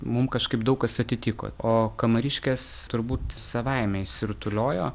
mum kažkaip daug kas atitiko o kamariškės turbūt savaime išsirutuliojo